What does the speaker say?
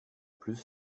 plus